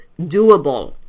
doable